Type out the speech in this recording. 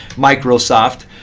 microsoft.